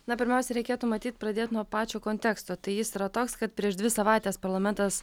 na pirmiausia reikėtų matyt pradėt nuo pačio konteksto tai jis yra toks kad prieš dvi savaites parlamentas